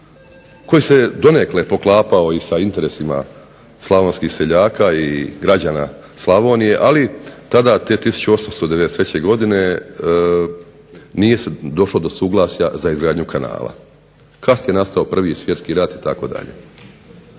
koji se donekle poklapao i sa interesima slavonskih seljaka i građana Slavonije, ali tada te 1893. godine nije došlo do suglasja za izgradnju kanala. Kasnije je nastao 1. Svjetski rat itd.